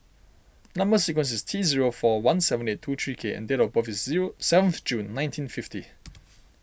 Number Sequence is T zero four one seven eight two three K and date of birth is zero seven of June nineteen fifty